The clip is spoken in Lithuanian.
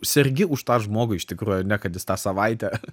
sergi už tą žmogų iš tikrųjų ar ne kad jis tą savaitę